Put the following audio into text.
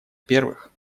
первых